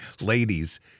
ladies